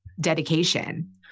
dedication